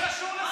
מה קשור לשנאה?